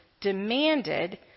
demanded